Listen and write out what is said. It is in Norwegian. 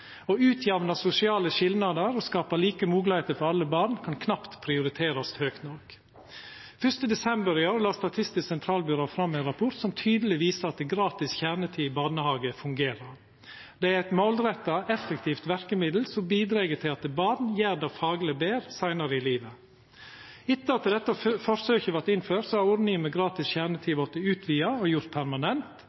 Å utjamna sosiale skilnader og skapa like moglegheiter for alle barn kan knapt prioriterast høgt nok. Den 1. desember i år la Statistisk sentralbyrå fram ein rapport som tydeleg viser at gratis kjernetid i barnehage fungerer. Det er eit målretta, effektivt verkemiddel som bidreg til at barn gjer det fagleg betre seinare i livet. Etter at dette forsøket vart innført, har ordninga med gratis kjernetid vorte utvida og gjord permanent,